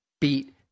beat